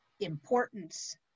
importance